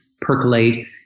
percolate